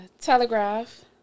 Telegraph